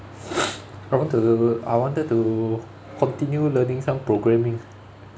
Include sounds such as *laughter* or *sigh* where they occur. *noise* I want to I wanted to continue learning some programming